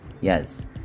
yes